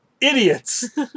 Idiots